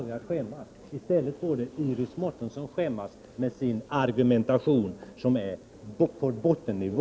I stället borde Iris Mårtensson skämmas för sin argumentation, som är på bottennivå.